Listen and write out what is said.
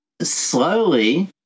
slowly